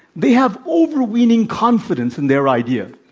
they have overweening confidence in their idea.